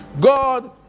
God